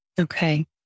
Okay